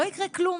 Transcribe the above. לא יקרה כלום.